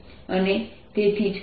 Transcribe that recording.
અને તેથી જો હું